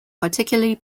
particularly